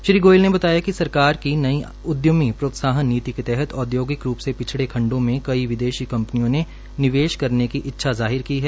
श्री गोयल ने बताया कि सरकार की नई उदयमी प्रोत्साहन नीति के तहत औदयोगिक रूप से पिछड़े खंडों में कई विदेशी कंपनियों ने निवेश करने की इच्छा जाहिर की है